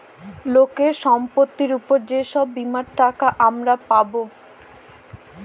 লোকের সম্পত্তির উপর যে সব বীমার টাকা আমরা পাবো